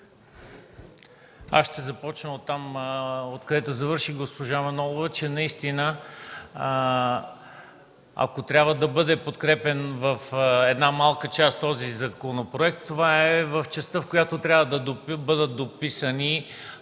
Аз ще започна оттам, откъдето завърши госпожа Манолова, че наистина, ако трябва да бъде подкрепян в една малка част този законопроект, това е в частта, в която трябва да бъдат дописани